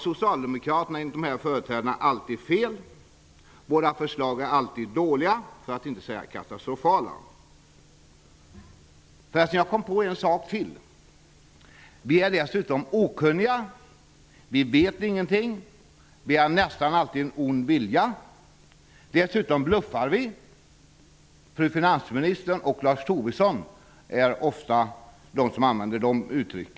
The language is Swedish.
Socialdemokraterna har alltid fel, våra förslag är alltid dåliga, för att inte säga katastrofala. Förresten, jag kom på en sak till. Vi är dessutom okunniga, vi vet ingenting, vi är nästan alltid en ond vilja, dessutom bluffar vi. Finansministern och Lars Tobisson använder ofta dessa uttryck.